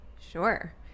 Sure